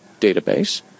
database